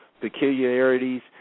peculiarities